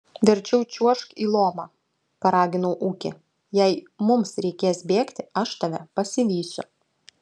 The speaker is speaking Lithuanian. verčiau čiuožk į lomą paraginau ūkį jei mums reikės bėgti aš tave pasivysiu